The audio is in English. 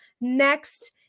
Next